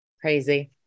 Crazy